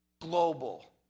global